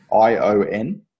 ION